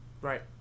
Right